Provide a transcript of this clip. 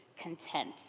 content